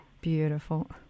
Beautiful